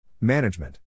Management